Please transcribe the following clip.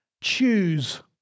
Choose